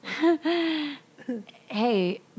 Hey